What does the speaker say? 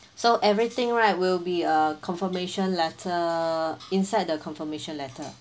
so everything right will be a confirmation letter inside the confirmation letter